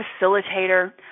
facilitator